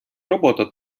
робота